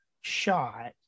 shot